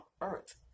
earth